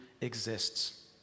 exists